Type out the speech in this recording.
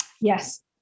Yes